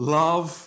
love